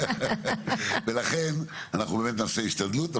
ולכן אנחנו נעשה השתדלות,